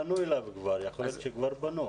יכול להיות שכבר פנו אליו.